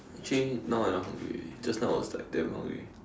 actually now I not hungry already just now I was like damn hungry